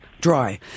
dry